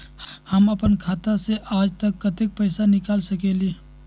हम अपन खाता से आज कतेक पैसा निकाल सकेली?